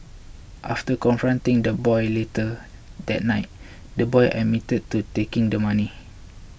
after confronting the boy later that night the boy admitted to taking the money